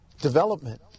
development